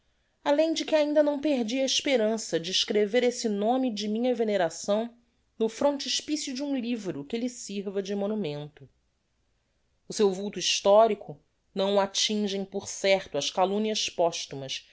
além de que ainda não perdi a esperança de escrever esse nome de minha veneração no frontespicio de um livro que lhe sirva de monumento o seu vulto historico não o attingem por certo as calumnias posthumas